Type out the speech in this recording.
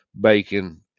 bacon